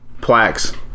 plaques